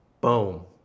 Boom